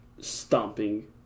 stomping